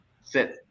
sit